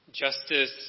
Justice